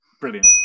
Brilliant